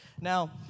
Now